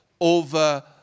over